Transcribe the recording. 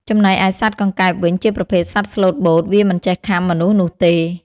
ចំណែកឯសត្វកង្កែបវិញជាប្រភេទសត្វស្លូតបូត វាមិនចេះខាំមនុស្សនោះទេ។